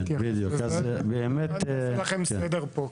אני רוצה לעשות סדר,